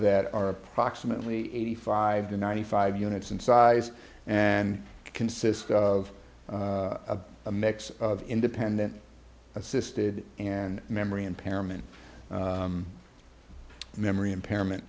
that are approximately eighty five to ninety five units in size and consists of a mix of independent assisted and memory impairment memory impairment